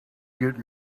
get